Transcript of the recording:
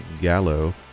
Gallo